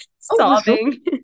sobbing